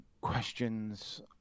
questions